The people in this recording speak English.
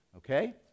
Okay